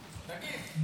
תגיד.